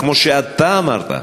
כמו שאתה אמרת,